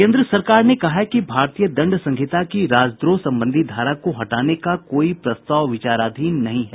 केन्द्र सरकार ने कहा है कि भारतीय दंड संहिता की राजद्रोह संबंधी धारा को हटाने का कोई प्रस्ताव विचाराधीन नहीं है